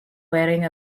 wearing